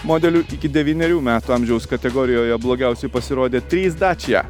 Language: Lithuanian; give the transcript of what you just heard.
modelių iki devynerių metų amžiaus kategorijoje blogiausiai pasirodė trys dacia